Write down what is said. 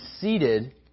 seated